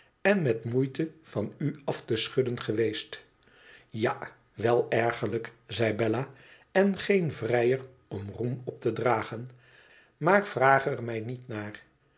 en met moeite van u af te schudden geweest ja wel ergerlijk zei bella en geen vrijer om roem op te dragen maar vraag er mij niet naar